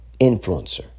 influencer